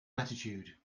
latitude